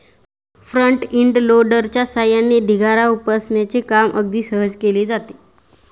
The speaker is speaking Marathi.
फ्रंट इंड लोडरच्या सहाय्याने ढिगारा उपसण्याचे काम अगदी सहज केले जाते